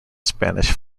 spanish